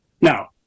Now